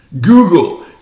Google